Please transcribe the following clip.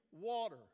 water